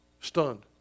Stunned